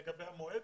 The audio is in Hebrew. לגבי המועד?